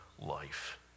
life